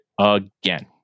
again